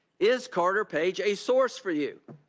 is carter page a source for you?